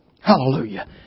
Hallelujah